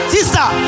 Sister